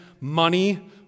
money